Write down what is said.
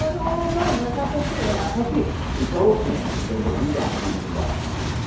look at all those dogs that are across the street right now. how cute through total chance, the day that we got to huntington dog beach,